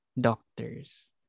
doctors